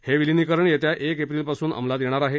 हे विलिनीकरण येत्या एक एप्रिलपासून अंमलात येणार आहे